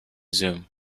zoom